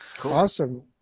Awesome